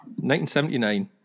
1979